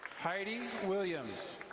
heidi williams.